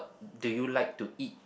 do you like to eat